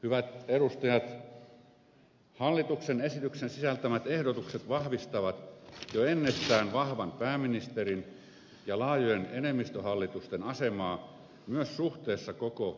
hyvät edustajat hallituksen esityksen sisältämät ehdotukset vahvistavat jo ennestään vahvan pääministerin ja laajojen enemmistöhallitusten asemaa myös suhteessa koko eduskuntaan